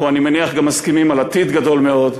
אני מניח שאנחנו גם מסכימים על עתיד גדול מאוד,